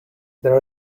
there